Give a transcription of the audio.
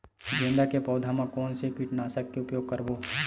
गेंदा के पौधा म कोन से कीटनाशक के उपयोग करबो?